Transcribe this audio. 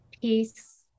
peace